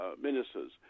ministers